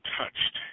touched